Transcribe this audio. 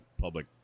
public